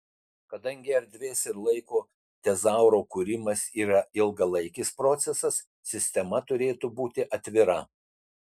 kadangi erdvės ir laiko tezauro kūrimas yra ilgalaikis procesas sistema turėtų būti atvira